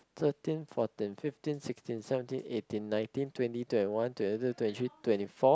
thirteen fourteen fifteen sixteen seventeen eighteen nineteen twenty twenty one twenty two twenty three twenty four